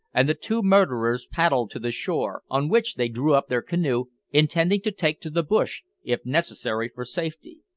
and the two murderers paddled to the shore, on which they drew up their canoe, intending to take to the bush, if necessary, for safety.